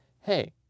hey